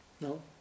no